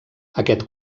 aquest